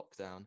lockdown